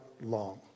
long